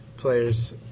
players